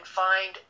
find